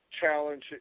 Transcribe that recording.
challenge